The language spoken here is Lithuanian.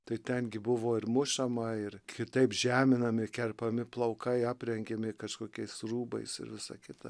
tai ten buvo ir mušama ir kitaip žeminami kerpami plaukai aprengiami kažkokiais rūbais ir visa kita